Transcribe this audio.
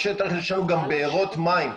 בשטח יש לנו גם בארות מים,